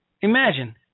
Imagine